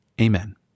Amen